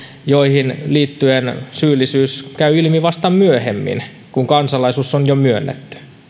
joihin liittyen syyllisyys käy ilmi vasta myöhemmin kun kansalaisuus on jo myönnetty